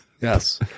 Yes